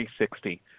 360